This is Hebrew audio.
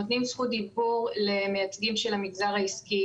נותנים זכות דיבור למייצגים של המגזר העסקי.